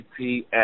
GPS